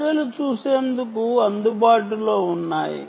ప్రజలు చూసేందుకు అందుబాటులో ఉన్నాయి